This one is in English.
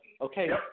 okay